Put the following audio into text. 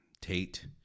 Tate